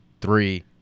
three